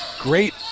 great